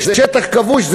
זה שטח כבוש,